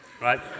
right